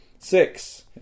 Six